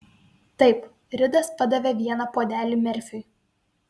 taip ridas padavė vieną puodelį merfiui